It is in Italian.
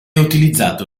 utilizzato